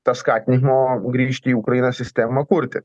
tą skatinimo grįžt į ukrainą sistemą kurti